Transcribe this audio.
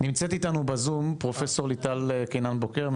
נמצאת איתנו בזום פרופסור ליטל קינן בוקר,